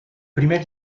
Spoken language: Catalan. primer